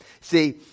See